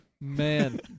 Man